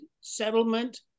settlement